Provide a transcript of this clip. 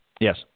Yes